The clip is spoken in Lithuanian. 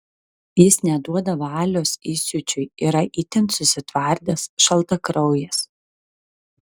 jis neduoda valios įsiūčiui yra itin susitvardęs šaltakraujis